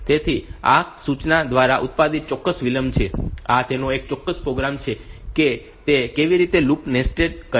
તેથી આ સૂચના દ્વારા ઉત્પાદિત ચોક્કસ વિલંબ છે આ તેનો એક ચોક્કસ પ્રોગ્રામ છે કે તે કેવી રીતે લૂપ નેસ્ટ કરે છે